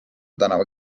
tänava